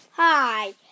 Hi